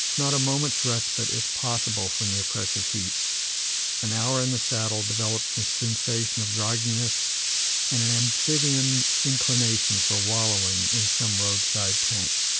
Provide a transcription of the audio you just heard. not a moment's respite is possible from the oppressive heat an hour in the saddle develops a sensation of grogginess and an amphibian inclination for wallowing in some road-side tank.